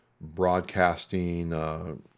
broadcasting